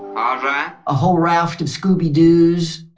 um ah a whole raft of scooby doos